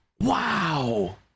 wow